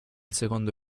secondo